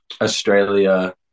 Australia